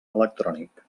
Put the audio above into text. electrònic